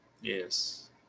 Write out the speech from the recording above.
Yes